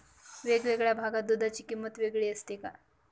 वेगवेगळ्या भागात दूधाची किंमत वेगळी असते का?